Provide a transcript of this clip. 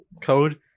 code